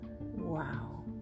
Wow